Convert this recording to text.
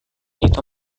itu